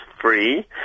free